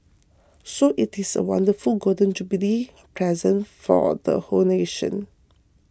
so it is a wonderful Golden Jubilee present for all the whole nation